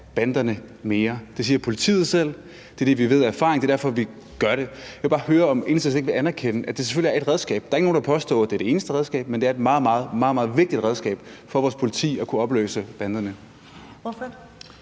banderne mere. Det siger politiet selv. Det er det, vi ved af erfaring. Det er derfor, vi gør det. Jeg vil bare høre, om Enhedslisten ikke vil anerkender, at det selvfølgelig er et redskab. Der er ikke nogen, der påstår, at det er det eneste redskab, men det er et meget, meget vigtigt redskab for vores politi at kunne opløse banderne. Kl.